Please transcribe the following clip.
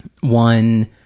one